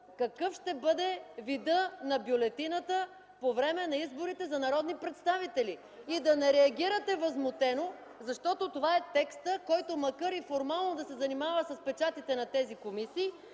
какъв ще бъде видът на бюлетината по време на изборите за народни представители и да не реагирате възмутено, защото това е текстът, който макар и формално да се занимава с печатите на тези комисии,